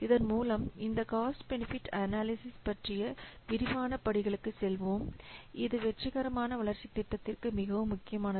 இதன் மூலம் இப்போது இந்த காஸ்ட் பெனிஃபிட் அனலைசிஸ் விரிவான படிகளுக்குச் செல்வோம் இது வெற்றிகரமான வளர்ச்சித் திட்டத்திற்கு மிகவும் முக்கியமானது